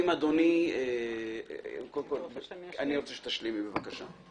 אני מבקש שתשלימי, בבקשה.